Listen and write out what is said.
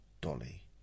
Dolly